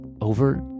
over